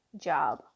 job